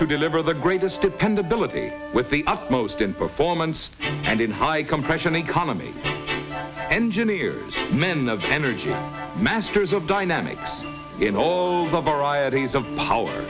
to deliver the greatest dependability with the upmost in performance and in high compression economy engineers men the energy masters of dynamics in all the varieties of power